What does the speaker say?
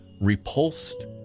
repulsed